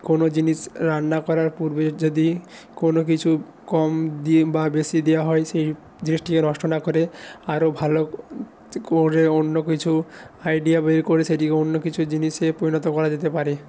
কোনও জিনিস রান্না করার পূর্বে যদি কোনও কিছু কম দিয়ে বা বেশি দেওয়া হয় সেই জিনিসটিকে নষ্ট না করে আরও ভালো করে অন্য কিছু আইডিয়া বের করে সেটিকে অন্য কিছু জিনিসে পরিণত করা যেতে পারে